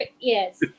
yes